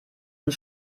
und